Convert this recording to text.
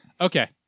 Okay